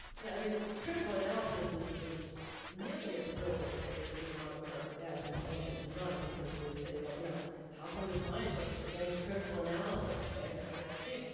yeah, i mean critical analysis is is nearly as brilliant a a moniker as intelligent design, because they say, well, you know how come the scientists are against critical analysis? how could that be?